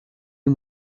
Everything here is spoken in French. les